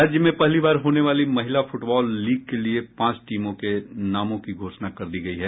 राज्य में पहली बार होने वाली महिला फुटबॉल लीग के लिए पांच टीमों के नामों की घोषणा कर दी गयी है